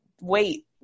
wait